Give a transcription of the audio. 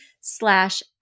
slash